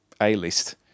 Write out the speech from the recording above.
A-list